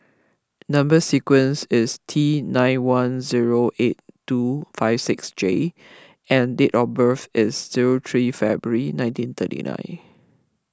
Number Sequence is T nine one zero eight two five six J and date of birth is zero three February nineteen thirty nine